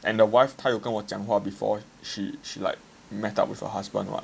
and the wife 他有跟我讲话 before she she like met up with her husband [what]